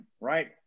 right